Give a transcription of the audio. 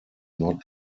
not